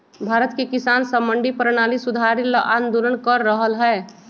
भारत के किसान स मंडी परणाली सुधारे ल आंदोलन कर रहल हए